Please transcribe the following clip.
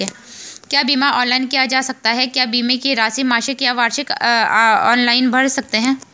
क्या बीमा ऑनलाइन किया जा सकता है क्या बीमे की राशि मासिक या वार्षिक ऑनलाइन भर सकते हैं?